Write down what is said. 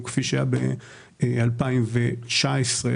טיפול קהילתי באנשים עם מוגבלויות?